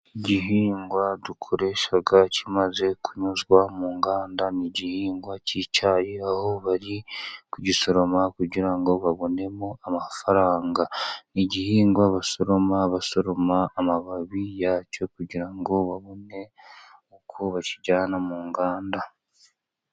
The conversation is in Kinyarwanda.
Igihingwa dukoresha kimaze kunyuzwa mu nganda, n'igihingwa cy'icyayi aho bari kugisoroma kugira ngo babonemo amafaranga, n'igihingwa basoroma, basoroma amababi yacyo kugira ngo babone uko bakijyana mu nganda.